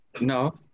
No